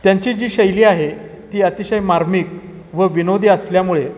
त्यांची जी शैली आहे ती अतिशय मार्मिक व विनोदी असल्यामुळे